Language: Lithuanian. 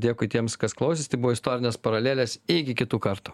dėkui tiems kas klausėsi tai buvo istorinės paralelės iki kitų kartų